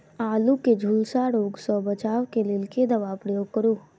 आलु केँ झुलसा रोग सऽ बचाब केँ लेल केँ दवा केँ प्रयोग करू?